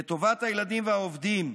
לטובת הילדים והעובדים,